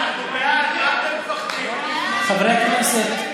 חברי הכנסת,